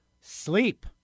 Sleep